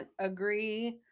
agree